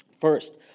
First